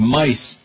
mice